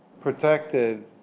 protected